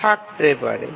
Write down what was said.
থাকতে পারে